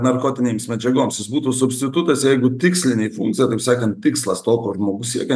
narkotinėms medžiagoms jis būtų substitutas jeigu tikslinė funkcija taip sakant tikslas to ko žmogus siekia